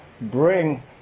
bring